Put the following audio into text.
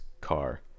car